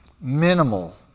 minimal